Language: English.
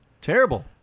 Terrible